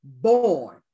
born